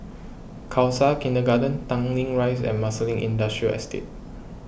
Khalsa Kindergarten Tanglin Rise and Marsiling Industrial Estate